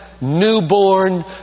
Newborn